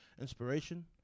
inspiration